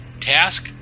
Task